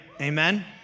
Amen